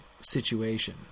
situation